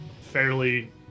fairly